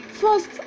First